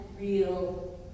real